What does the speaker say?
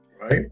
right